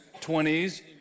20s